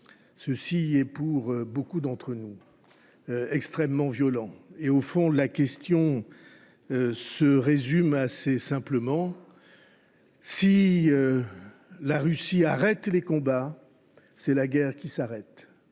cela est, pour beaucoup d’entre nous, extrêmement violent. Au fond, la question se résume assez simplement : si la Russie arrête les combats, c’est la guerre qui s’arrête